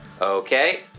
Okay